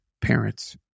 parents